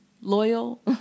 loyal